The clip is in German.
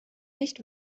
nicht